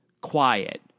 quiet